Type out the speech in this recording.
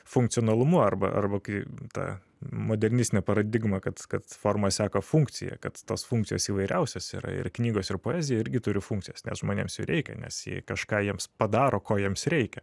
funkcionalumu arba arba kai ta modernistinė paradigma kad kad forma seka funkciją kad tos funkcijos įvairiausios yra ir knygos ir poezija irgi turi funkcijas nes žmonėms jų reikia nes jei kažką jiems padaro ko jiems reikia